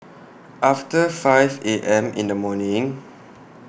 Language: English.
after five A M in The morning